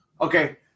Okay